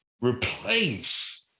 replace